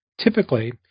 Typically